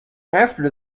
after